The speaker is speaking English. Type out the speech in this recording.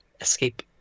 escape